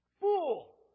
Fool